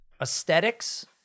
aesthetics